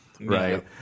Right